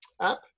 app